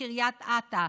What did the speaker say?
בקריית אתא.